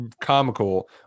comical